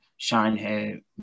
Shinehead